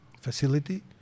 facility